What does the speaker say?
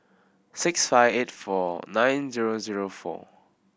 six five eight four nine zero zero four